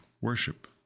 worship